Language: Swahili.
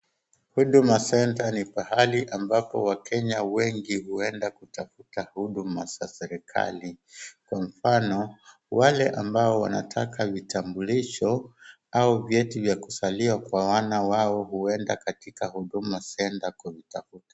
Huduma centre ni pahali ambapo wakenya wengi huenda kutafuta huduma za serikali, kwa mfano, wale ambao wanataka vitambulisho au vyeti vya kuzaliwa kwa wana wao huenda katika huduma centre kutafuta.